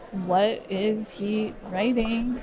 what is he writing?